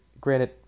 granted